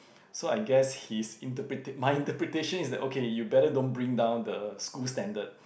so I guess his interpreta~ my interpretation is like okay you better don't bring down the school standard